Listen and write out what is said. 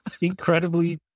incredibly